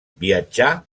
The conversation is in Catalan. viatjà